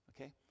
okay